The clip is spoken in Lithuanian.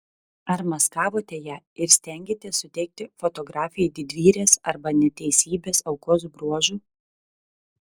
ar maskavote ją ir stengėtės suteikti fotografei didvyrės arba neteisybės aukos bruožų